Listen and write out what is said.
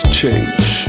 change